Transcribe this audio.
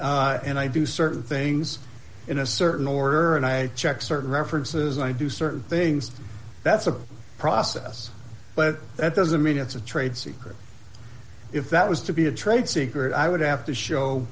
functions and i do certain things in a certain order and i check certain references i do certain things that's a process but that doesn't mean it's a trade secret if that was to be a trade secret i would have to show